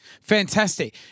Fantastic